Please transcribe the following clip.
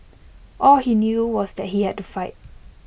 all he knew was that he had to fight